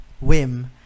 whim